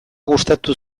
gustatu